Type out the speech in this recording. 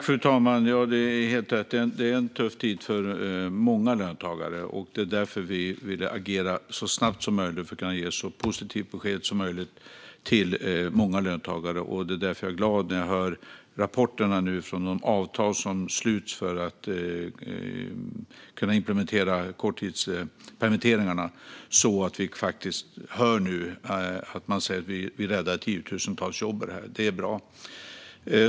Fru talman! Det är helt rätt. Det är en tuff tid för många löntagare. Därför vill vi agera så snabbt som möjligt för att kunna ge ett så positivt besked som möjligt till många löntagare. Jag blir därför glad när jag hör rapporterna om avtal som sluts för att kunna implementera korttidspermitteringarna. Man säger att vi räddar tiotusentals jobb genom detta, och det är bra.